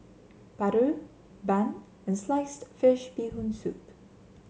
Paru Bun and Sliced Fish Bee Hoon Soup